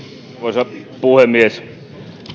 arvoisa puhemies